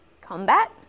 combat